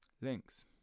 links